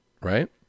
Right